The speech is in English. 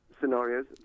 scenarios